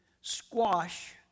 squash